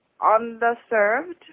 underserved